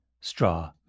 straw